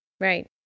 right